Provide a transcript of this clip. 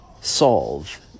solve